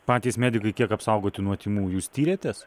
patys medikai kiek apsaugoti nuo tymų jūs tyrėtės